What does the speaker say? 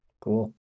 cool